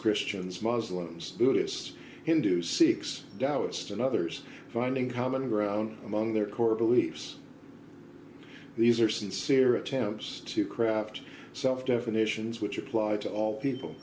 christians muslims buddhists hindus sikhs taoist and others finding common ground among their core beliefs these are sincere attempts to craft self definitions which apply to all people